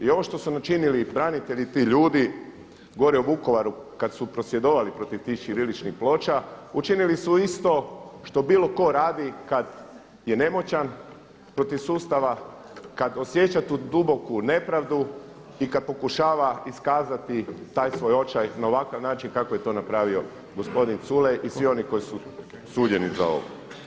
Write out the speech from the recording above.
I ovo što su učinili branitelji ti ljudi gore u Vukovaru kada su prosvjedovali protiv tih ćiriličnih ploča učinili su isto što bilo ko radi kada je nemoćan protiv sustava, kada osjeća tu duboku nepravdu i kada pokušava iskazati taj svoj očaj na ovakav način kako je to napravio gospodin Culej i svi oni koji su suđeni za ovo.